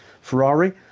Ferrari